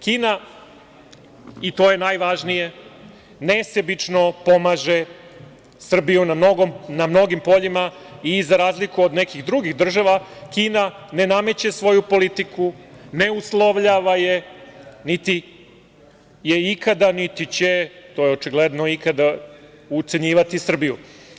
Kina, i to je najvažnije, nesebično pomaže Srbiju na mnogim poljima i za razliku od nekih drugih država Kina ne nameće svoju politiku, ne uslovljava je, niti je ikada, niti će, to je očigledno, ucenjivati Srbiju.